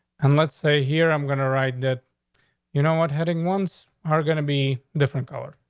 and let's say here, i'm going to write that you know what? heading ones are gonna be different color.